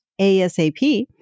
ASAP